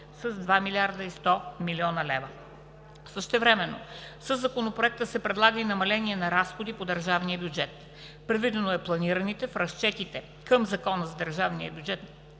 с 2 млрд. 100 млн. лева. Същевременно със Законопроекта се предлага и намаление на разходи по държавния бюджет. Предвидено е планираните в разчетите към Закона за държавния бюджет